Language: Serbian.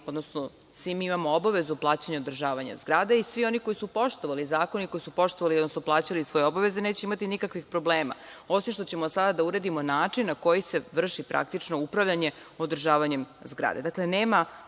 odnosno svi mi imamo obavezu plaćanja održavanja zgrada i svi oni koji su poštovali zakone i koji su poštovali, odnosno plaćali svoje obaveze, neće imati nikakvih problema, osim što ćemo sada da uredimo način na koji se vrši praktično upravljanje održavanjem zgrade.